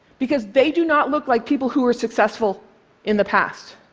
because they do not look like people who were successful in the past.